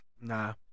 nah